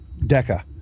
DECA